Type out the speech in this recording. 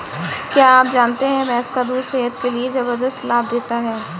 क्या आप जानते है भैंस का दूध सेहत के लिए जबरदस्त लाभ देता है?